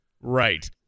Right